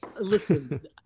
listen